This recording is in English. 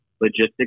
logistics